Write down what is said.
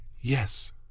Yes